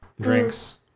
drinks